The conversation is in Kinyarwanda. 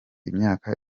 imyaka